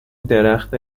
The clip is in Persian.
درخت